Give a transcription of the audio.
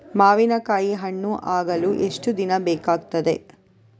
ಮಾವಿನಕಾಯಿ ಹಣ್ಣು ಆಗಲು ಎಷ್ಟು ದಿನ ಬೇಕಗ್ತಾದೆ?